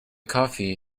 coffee